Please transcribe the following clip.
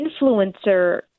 influencer